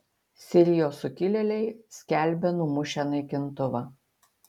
sirijos sukilėliai skelbia numušę naikintuvą